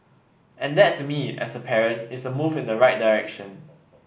and that to me as a parent is a move in the right direction